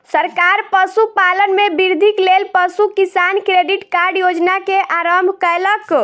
सरकार पशुपालन में वृद्धिक लेल पशु किसान क्रेडिट कार्ड योजना के आरम्भ कयलक